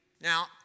Now